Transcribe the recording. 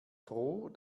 froh